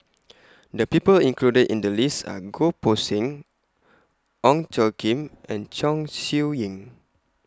The People included in The list Are Goh Poh Seng Ong Tjoe Kim and Chong Siew Ying